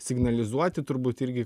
signalizuoti turbūt irgi